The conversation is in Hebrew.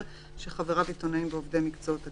שחבריו עיתונאים ועובדי מקצועות התקשורת,